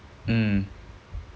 mm